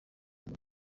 muri